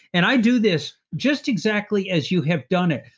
and i do this just exactly as you have done it.